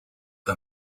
her